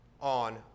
on